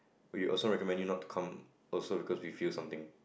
we also recommend you not to come also because we feel something